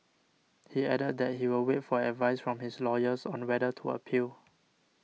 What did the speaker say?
he added that he will wait for advice from his lawyers on the whether to appeal